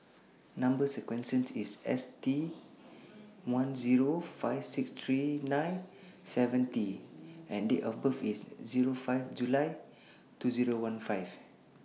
Number sequence IS S one Zero five six three nine seven T and Date of birth IS Zero five July two Zero one five